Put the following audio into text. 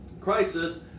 crisis